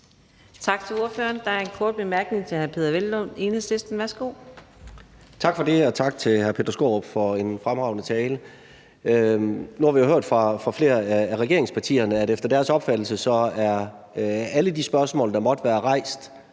Tak til ordføreren. Der er en kort bemærkning til hr. Peder Hvelplund, Enhedslisten. Værsgo.